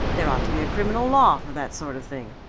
there ought to be a criminal law for that sort of thing.